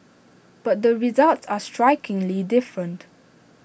but the results are strikingly different